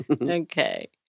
okay